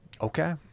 Okay